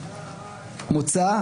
מוצא,